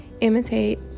imitate